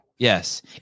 Yes